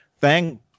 thank